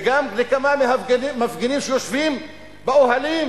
וגם לכמה מהמפגינים שיושבים באוהלים,